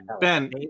Ben